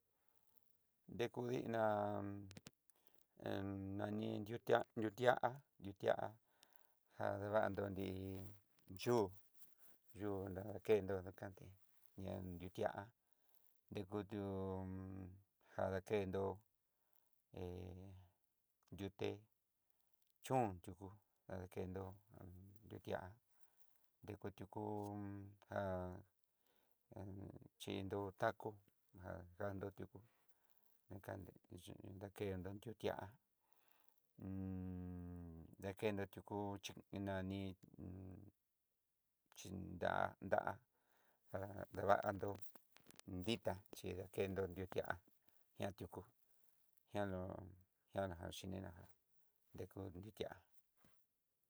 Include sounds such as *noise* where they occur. Dekudinan hé nani nrutía nrutía, jadi va'ando nrí yú yúnakendo dakando ñá nrutiá, dkutun *hesitation* jádakendo he *hesitation* yuté chón yukú, kadakendo *hesitation* nruti'á dekutuku *hesitation* já chindo taco, ja jando tiuku unkande yú dakendo nrutía, *hesitation* dekendo tiuku chí nani, *hesitation* xhidá dá'a já davando ditá chidakendo nrutiá ñá tiuku ña ló dakenna ná xhininá já nrekú dii ti'á.